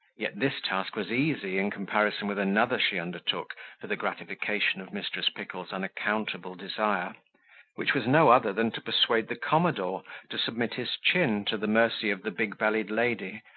yet this task was easy, in comparison with another she undertook for the gratification of mrs. pickle's unaccountable desire which was no other than to persuade the commodore to submit his chin to the mercy of the big-bellied lady,